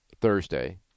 Thursday